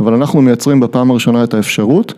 אבל אנחנו מייצרים בפעם הראשונה את האפשרות.